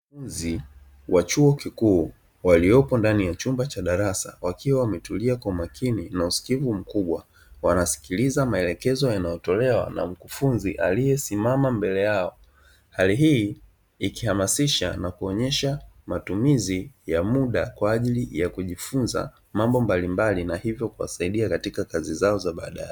Mwanafunzi wa chuo kikuu waliopo ndani ya chumba cha darasa wakiwa wametulia kwa makini na usikivu mkubwa, wanasikiliza maelekezo yanayotolewa na mkufunzi aliyesimama mbele yao. Hali hii ikihamasisha na kuonyesha matumizi ya muda kwa ajili ya kujifunza mambo mbalimbali, na hivyo kuwasaidia katika kazi zao za baadae.